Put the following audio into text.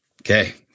Okay